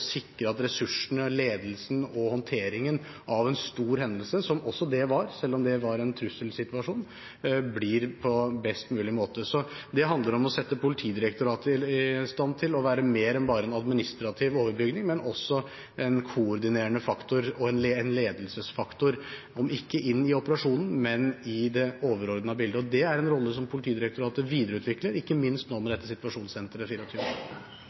sikre at ressursene, ledelsen og håndteringen av en stor hendelse – som også det var, selv om det var en trusselsituasjon – blir på en best mulig måte. Det handler om å sette Politidirektoratet i stand til å være mer enn bare en administrativ overbygning, men også en koordinerende faktor og en ledelsesfaktor, om ikke inn i operasjonen, men i det overordnede bildet. Det er en rolle som Politidirektoratet videreutvikler, ikke minst nå, med dette situasjonssenteret